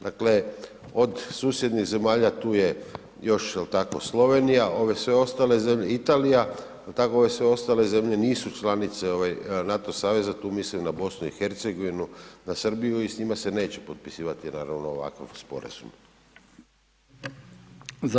Dakle od susjednih zemalja tu je još jel tako Slovenija ove sve ostale zemlje, Italija, jel tako, ove sve ostale zemlje nisu članice ovaj NATO saveza, tu mislim na BiH, na Srbiju i s njima se neće potpisivati naravno ovakav sporazum.